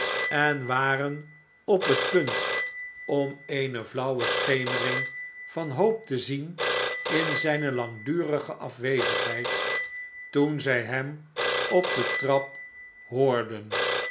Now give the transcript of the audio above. en waren op het punt om eene flauwe schemering van hoop te zien in zjjne langdurige afwezigheid toen zy hem op de trap hoorden